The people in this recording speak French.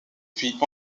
puis